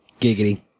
giggity